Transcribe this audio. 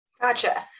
Gotcha